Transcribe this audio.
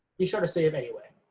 be sure to save anyway,